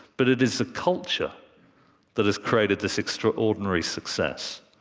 but it is the culture that has created this extraordinary success.